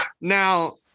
Now